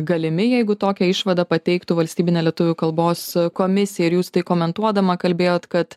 galimi jeigu tokią išvadą pateiktų valstybinė lietuvių kalbos komisija ir jūs tai komentuodama kalbėjot kad